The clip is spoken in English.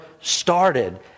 started